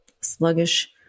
sluggish